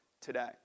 today